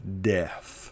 death